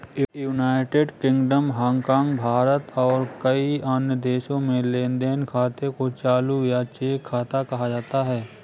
United Kingdom, Hong Kong, Bharat और कई अन्य देशों में लेन देन खाते को चालू या चेक खाता कहा जाता है